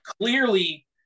clearly